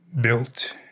built